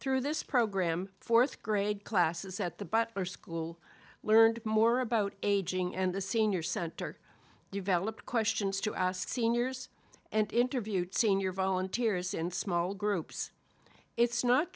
through this program fourth grade classes at the butler school learned more about aging and the senior center developed questions to ask seniors and interviewed senior volunteers in small groups it's not